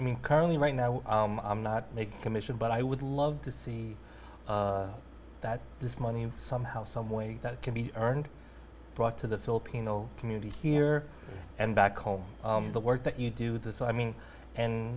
i mean currently right now i'm not a commission but i would love to see that this money somehow some way that can be earned brought to the filipino community here and back home the work that you do this i mean and